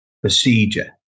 procedure